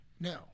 No